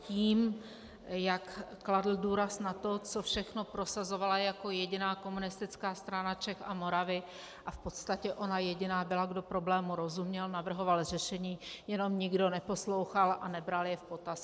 Tím, jak kladl důraz na to, co všechno prosazovala jako jediná Komunistická strana Čech a Moravy a v podstatě ona jediná byla, kdo problému rozuměl, navrhoval řešení, jenom nikdo neposlouchal a nebral je v potaz.